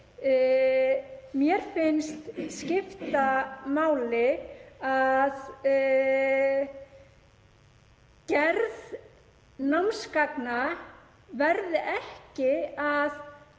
Mér finnst skipta máli að gerð námsgagna verði ekki að